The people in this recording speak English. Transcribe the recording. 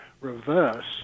reverse